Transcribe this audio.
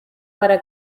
para